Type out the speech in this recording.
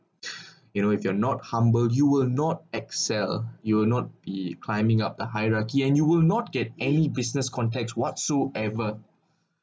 you know if you're not humble you will not excel you will not be climbing up the hierarchy and you will not get any business context whatsoever